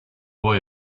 boy